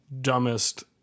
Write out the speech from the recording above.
dumbest